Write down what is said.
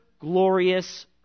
glorious